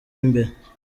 imbere